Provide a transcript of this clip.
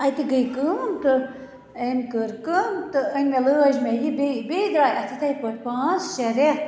اَتہِ گٔیہِ کٲم تہٕ أمۍ کٔر کٲم تہٕ أنۍ مےٚ لٲج مےٚ یہِ بیٚیہِ بیٚیہِ درٛاے اَتھ اِتھٕے پٲٹھۍ پانٛژھ شےٚ ریٚتھ